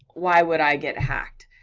why would i get hacked?